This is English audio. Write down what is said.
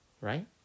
right